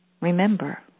Remember